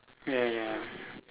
ya ya